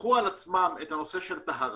שייקחו על עצמם את הנושא של טהרה,